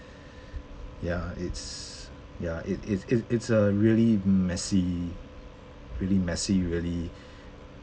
ya it's ya it it it it's a really messy really messy really